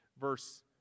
verse